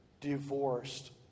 divorced